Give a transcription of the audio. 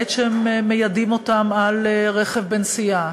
בעת שמיידים אותם על רכב בנסיעה,